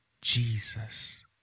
Jesus